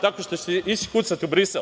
Tako što ćete ići kucati u Brisel?